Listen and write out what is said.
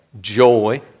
joy